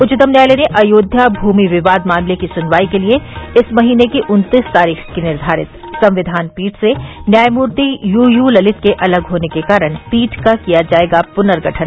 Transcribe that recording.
उच्चतम न्यायालय ने अयोध्या भूमि विवाद मामले की सुनवाई के लिये इस महीने की उन्तीस तारीख की निर्घारित संविधान पीठ से न्यायमूर्ति यू यू ललित के अलग होने के कारण पीठ का किया जाएगा पुनर्गठन